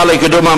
הנושא השני שדובר,